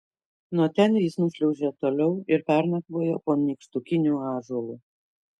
nuo ten jis nušliaužė toliau ir pernakvojo po nykštukiniu ąžuolu